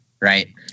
right